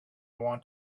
want